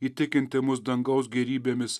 įtikinti mus dangaus gėrybėmis